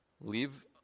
Leave